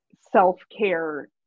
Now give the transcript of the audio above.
self-care